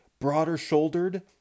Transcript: broader-shouldered